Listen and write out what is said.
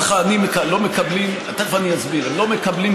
תכף אני אסביר.